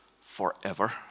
forever